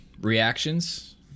reactions